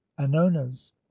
anonas